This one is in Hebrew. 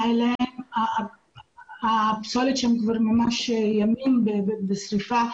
אליהם הפסולת שם כבר ממש ימים בשריפה,